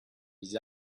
his